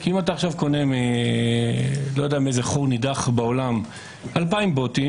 כי אם אתה עכשיו קונה מחור נידח בעולם 2,000 בוטים,